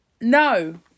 No